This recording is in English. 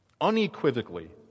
unequivocally